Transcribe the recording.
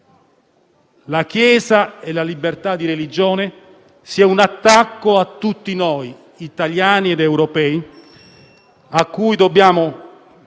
la chiesa e la libertà di religione - sia un attacco a tutti noi, italiani ed europei, che pertanto